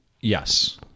Yes